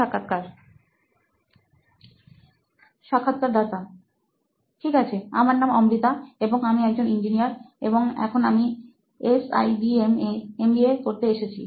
সাক্ষাৎকারদাতা ঠিক আছে আমার নাম অমৃতা এবং আমি একজন ইঞ্জিনিয়ার এবং এখন আমি এসআইবিএম এ এমবিএ করতে এসেছি